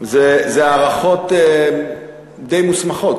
זה הערכות די מוסמכות.